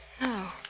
No